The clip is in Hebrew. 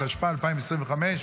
התשפ"ה 2025,